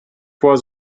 was